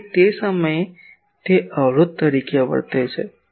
તેથી તે સમયે તે અવરોધ તરીકે વર્તે છે